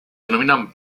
denominan